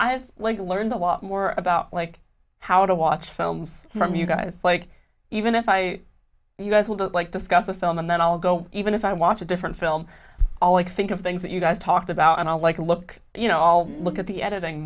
i've learned a lot more about like how to watch films from you guys like even if i do you guys will do it like discuss the film and then i'll go even if i watch a different film always think of things that you guys talked about and i like to look you know all look at the editing